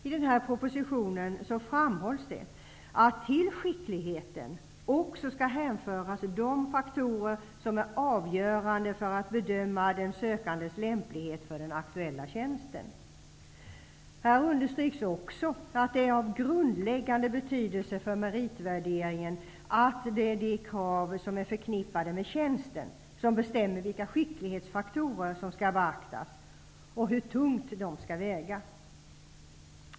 I denna proposition framhålls att till skickligheten också skall hänföras de faktorer som är avgörande för att bedöma den sökandes lämplighet för den aktuella tjänsten. Här understryks också att det är av grundläggande betydelse för meritvärderingen att det är de krav som är förknippade med tjänsten som bestämmer vilka skicklighetsfaktorer som skall beaktas och hur tungt dessa skall väga.